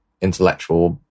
intellectual